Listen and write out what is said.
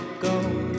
go